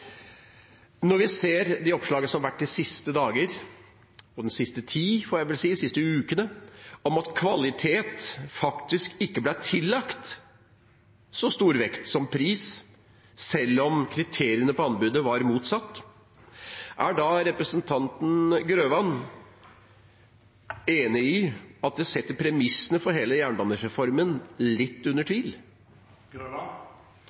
Når vi ser oppslagene som har vært de siste dager og uker – om at kvalitet faktisk ikke ble tillagt så stor vekt som pris, selv om kriteriene på anbudet var motsatt – er representanten Grøvan da enig i at det setter premissene for hele jernbanereformen litt under